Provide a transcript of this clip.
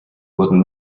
wurden